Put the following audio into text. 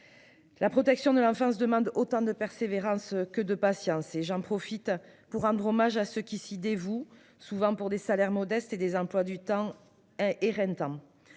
La protection de l'enfance de main-d'autant de persévérance que de patience et j'en profite pour rendre hommage à ceux qui s'y dévouent souvent pour des salaires modestes et des emplois du temps